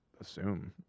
assume